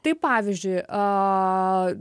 taip pavyzdžiui a